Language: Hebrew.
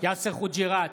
יאסר חוג'יראת,